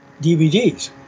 DVDs